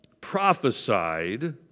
prophesied